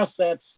assets